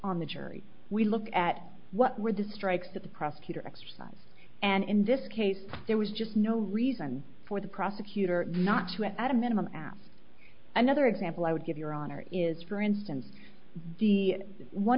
on the jury we look at what were the strikes that the prosecutor exercised and in this case there was just no reason for the prosecutor not to at a minimum add another example i would give your honor is for instance the one